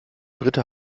britta